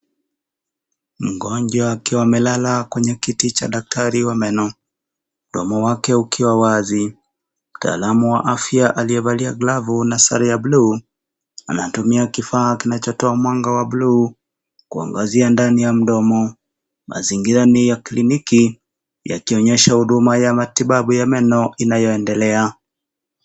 Mgonjwa akiwa amelala kwenye kiti cha daktari wa meno, mdomo wake ukiwa wazi. Mtaalam wa afya, aliyevalia glove na sare ya blue , anatumia kifaa kinachotoa mwanga wa blue ,kuangazia ndani ya mdomo. Mazingira ni ya kliniki, yakionyesha huduma ya matibabu ya meno inayoendelea.